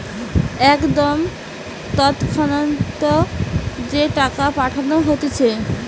একদম তৎক্ষণাৎ যে টাকা পাঠানো হতিছে